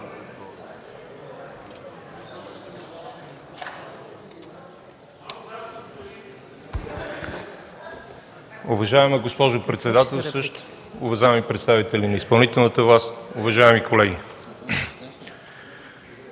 Уважаема госпожо председателстващ, уважаеми представители на изпълнителната власт, уважаеми колеги!